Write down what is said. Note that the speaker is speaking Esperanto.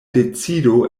decido